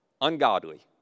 ungodly